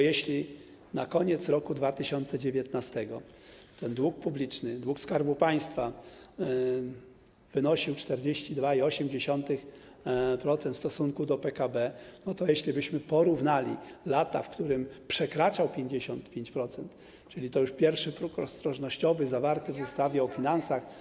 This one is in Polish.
Jeśli na koniec roku 2019 ten dług publiczny, dług Skarbu Państwa, wynosił 42,8% w stosunku do PKB, to jeśli porównalibyśmy lata, w którym przekraczał 55%, czyli to już pierwszy próg ostrożnościowy zawarty w ustawie o finansach.